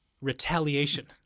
Retaliation